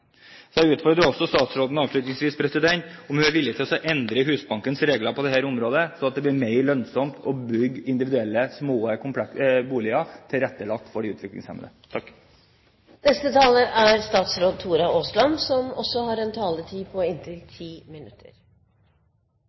Så jeg utfordrer statsråden avslutningsvis på om hun er villig til å endre Husbankens regler på dette området, slik at det blir mer lønnsomt å bygge individuelle, små boliger tilrettelagt for utviklingshemmede. Jeg har også med stor uro lest Dagbladets artikler om seksuelle overgrep mot utviklingshemmede. Jeg er glad for at Dagbladet har satt søkelyset på